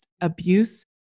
abuse